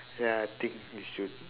ya I think we should